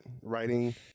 Writing